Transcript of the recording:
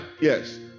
Yes